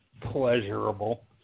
pleasurable